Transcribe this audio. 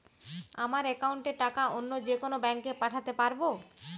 আমার একাউন্টের টাকা অন্য যেকোনো ব্যাঙ্কে পাঠাতে পারব?